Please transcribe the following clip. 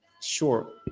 Sure